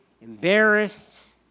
embarrassed